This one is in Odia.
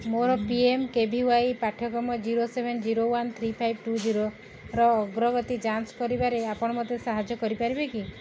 ମୋର P M K V Y ପାଠ୍ୟକ୍ରମ zero seven zero one three five two ଜିରୋର ଅଗ୍ରଗତି ଯାଞ୍ଚ କରିବାରେ ଆପଣ ମୋତେ ସାହାଯ୍ୟ କରିପାରିବେ କି